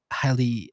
highly